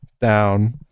down